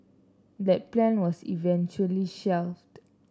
that plan was eventually shelved